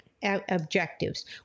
objectives